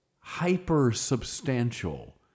hyper-substantial